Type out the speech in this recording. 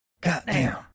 Goddamn